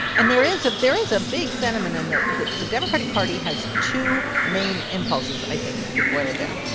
and there is a there is a big sentiment in the the the democratic party has two main impulses i think, if you could boil it down.